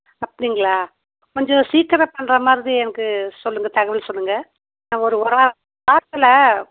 அப்படிங்களா கொஞ்சம் சீக்கிரம் பண்ணுற மாதிரி எனக்கு சொல்லுங்கள் தகவல் சொல்லுங்கள் ஒரு ஒரு வார வாரத்தில்